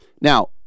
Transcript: Now